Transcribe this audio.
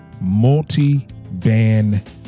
multi-band